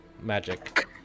magic